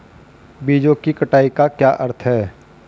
बीजों की कटाई का क्या अर्थ है?